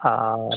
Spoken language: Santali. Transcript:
ᱦᱮᱸ